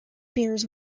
beers